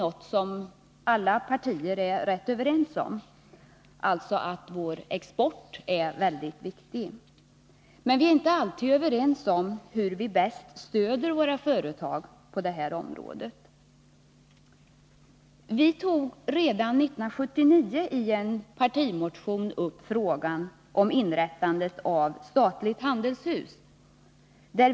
Alla partier är ju ganska överens om att vår export är väldigt viktig. Men vi är inte alltid överens om hur vi bäst stöder våra företag på det här området. Vi socialdemokrater tog redan 1979 i en partimotion upp frågan om inrättande av statliga handelshus.